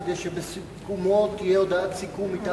כדי שבסיכומו תהיה הודעת סיכום מטעם הכנסת.